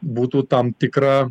būtų tam tikra